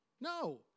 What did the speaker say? No